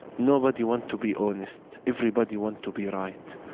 nobody want to be honest. everybody want to be right,